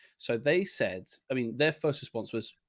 so they said, i mean their first response was.